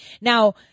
Now